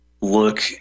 look